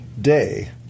day